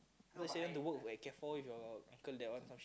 I thought you say you want to work where can for with your ankle that one some shit